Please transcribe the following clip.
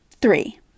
three